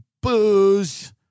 booze